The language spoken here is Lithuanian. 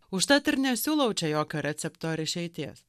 užtat ir nesiūlau čia jokio recepto ar išeities